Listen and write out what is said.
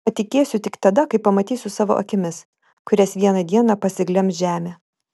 patikėsiu tik tada kai pamatysiu savo akimis kurias vieną dieną pasiglemš žemė